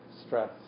stress